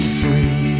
free